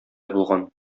булган